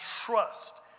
trust